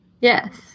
Yes